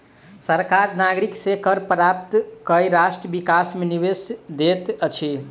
सरकार नागरिक से कर प्राप्त कय राष्ट्र विकास मे निवेश दैत अछि